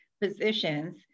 positions